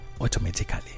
automatically